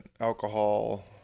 alcohol